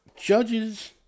judges